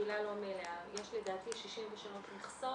יש לדעתי 63 מכסות.